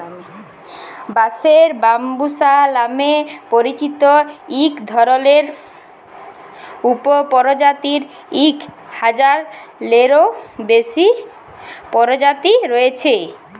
বাঁশের ব্যম্বুসা লামে পরিচিত ইক ধরলের উপপরজাতির ইক হাজারলেরও বেশি পরজাতি রঁয়েছে